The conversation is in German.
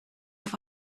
auf